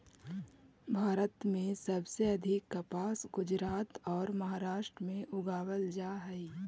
भारत में सबसे अधिक कपास गुजरात औउर महाराष्ट्र में उगावल जा हई